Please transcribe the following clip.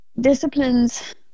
disciplines